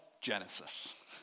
Genesis